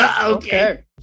Okay